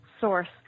source